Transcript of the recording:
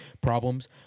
problems